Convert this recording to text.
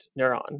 neuron